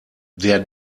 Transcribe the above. der